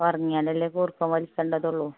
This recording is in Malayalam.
ഉറങ്ങിയാലല്ലേ കൂർക്കം വലിക്കേണ്ടതുളളൂ